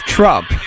Trump